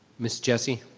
ms. jessie.